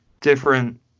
different